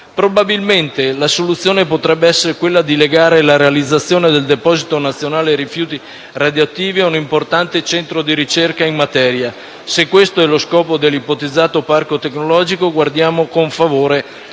Probabilmente la soluzione potrebbe essere quella di legare la realizzazione del Deposito nazionale dei rifiuti radioattivi a un importante centro di ricerca in materia. Se questo è lo scopo dell'ipotizzato parco tecnologico, guardiamo con favore